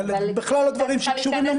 שאלו בכלל לא דברים שקשורים למוסר.